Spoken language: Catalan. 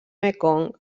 mekong